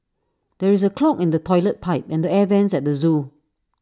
there is A clog in the Toilet Pipe and the air Vents at the Zoo